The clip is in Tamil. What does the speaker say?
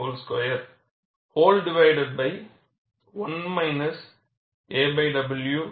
72aw2 5